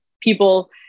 people